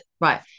right